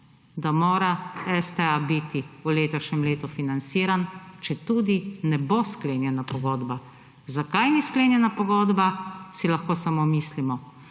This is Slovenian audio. da mora STA biti v letošnjem letu financiran, četudi ne bo sklenjena pogodba. Zakaj ni sklenjena pogodba, si lahko samo mislimo.